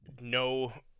no